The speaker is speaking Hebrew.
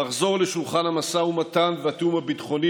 לחזור לשולחן המשא ומתן והתיאום הביטחוני